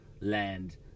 land